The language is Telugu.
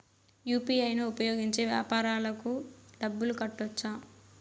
యు.పి.ఐ ను ఉపయోగించి వ్యాపారాలకు డబ్బులు కట్టొచ్చా?